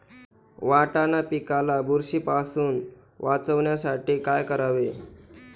वाटाणा पिकाला बुरशीपासून वाचवण्यासाठी काय करावे?